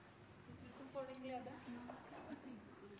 de dyreste advokatene, som får